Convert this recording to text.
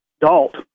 Dalt